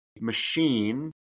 machine